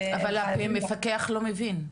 אבל המפקח לא מבין.